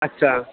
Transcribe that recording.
আচ্ছা